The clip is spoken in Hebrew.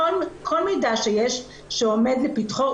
כל מידע שיש שעומד לפתחו,